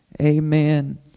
Amen